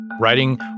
Writing